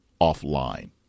offline